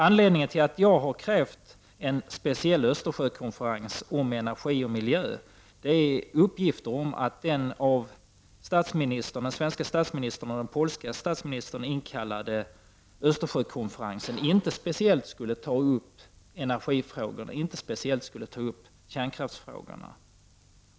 Anledningen till att jag har krävt en speciell Östersjökonferens om energi och miljö är uppgifter om att den av de svenska och polska statsministrarna inkallade Östersjökonferensen inte speciellt skulle ta upp energifrågorna, kärnkraftsfrågorna.